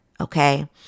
Okay